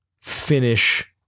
finish